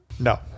No